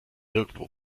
nirgendwo